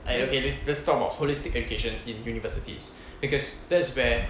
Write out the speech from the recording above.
I okay basica~ let's talk about holistic education in universities because that's where